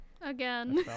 Again